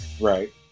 Right